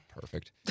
Perfect